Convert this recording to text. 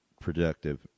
productive